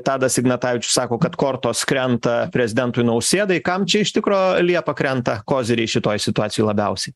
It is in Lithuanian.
tadas ignatavičius sako kad kortos krenta prezidentui nausėdai kam čia iš tikro liepa krenta koziriai šitoj situacijoj labiausiai